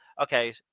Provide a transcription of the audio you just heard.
okay